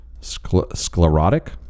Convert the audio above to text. Sclerotic